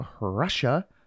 Russia